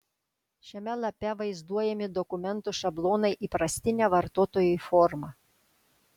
šiame lape vaizduojami dokumentų šablonai įprastine vartotojui forma